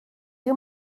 you